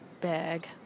bag